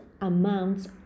amounts